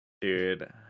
dude